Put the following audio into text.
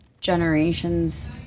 generations